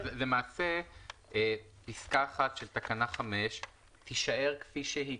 למעשה פסקה (1) של תקנה 5 תישאר כפי שהיא.